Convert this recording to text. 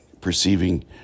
Perceiving